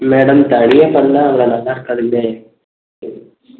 madam சரியாக சொன்னா அவ்வளோ நல்லா இருக்காதுங்ளே